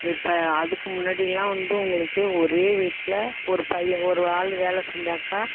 இப்போ அதுக்கு முன்னாடியெல்லாம் வந்து உங்களுக்கு ஒரே வீட்டில் ஒரு பையன் ஒரு ஆள் வேலை செஞ்சாக்கா